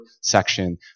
section